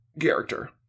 character